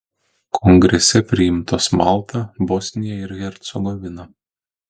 kongrese priimtos malta bosnija ir hercegovina